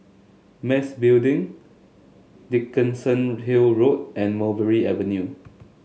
Mas Building Dickenson Hill Road and Mulberry Avenue